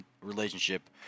relationship